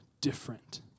different